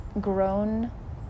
grown